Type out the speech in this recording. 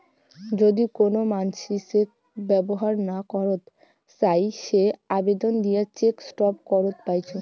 যদি কোন মানসি চেক ব্যবহর না করত চাই সে আবেদন দিয়ে চেক স্টপ করত পাইচুঙ